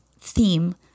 theme